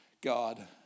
God